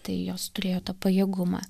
tai jos turėjo tą pajėgumą